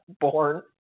born